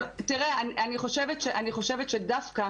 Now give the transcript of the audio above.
תראה, אני חושבת שדווקא